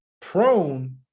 prone